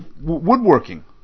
woodworking